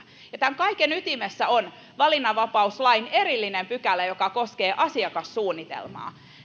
ja tämän kaiken ytimessä on valinnanvapauslain erillinen pykälä joka koskee asiakassuunnitelmaa